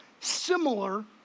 similar